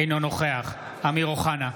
אינו נוכח אמיר אוחנה,